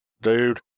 Dude